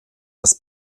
das